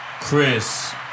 Chris